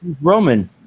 Roman